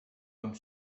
comme